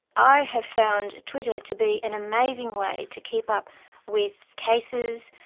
i have found twitter to be an amazing way to keep up with cases,